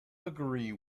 agree